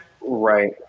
Right